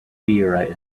meteorite